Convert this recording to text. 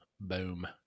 Boom